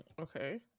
okay